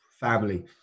Family